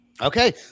okay